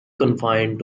confined